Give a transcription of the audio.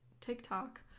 TikTok